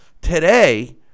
Today